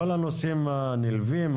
כל הנושאים הנלווים,